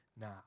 now